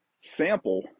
sample